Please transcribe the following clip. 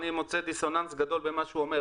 אני מוצא דיסוננס גדול במה שהוא אומר.